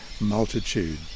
multitude